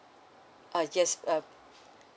ah yes um